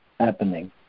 happening